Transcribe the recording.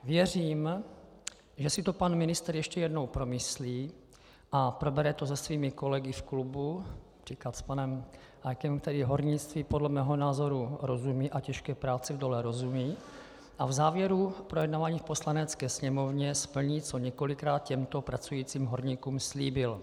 Věřím, že si to pan ministr ještě jednou promyslí a probere to se svými kolegy v klubu, například s panem Hájkem, který hornictví podle mého názoru rozumí a těžké práci v dole rozumí, a v závěru projednávání v Poslanecké sněmovně splní, co několikrát těmto pracujícím horníkům slíbil.